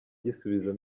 gisubizo